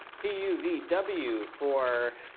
t, u, v. w for